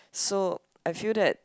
so I feel that